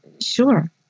Sure